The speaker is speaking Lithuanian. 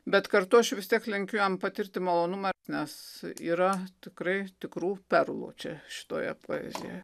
bet kartu aš vis tiek linkiu jam patirti malonumą nes yra tikrai tikrų perlų čia šitoje poezijoje